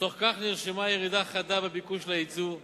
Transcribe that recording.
בתוך כך נרשמה ירידה חדה בביקוש ליצוא,